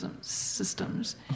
systems